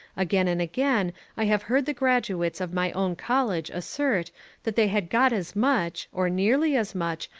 again and again i have heard the graduates of my own college assert that they had got as much, or nearly as much,